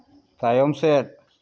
ᱛᱟᱭᱚᱢ ᱥᱮᱫ